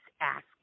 ask